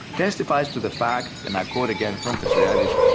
testifies to the fact, and i quote again from castoriadis,